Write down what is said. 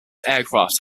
aircraft